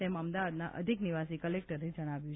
તેમ અમદાવાદના અધિક નિવાસી ક્લેક્ટરે જણાવ્યું છે